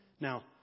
Now